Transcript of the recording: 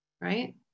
right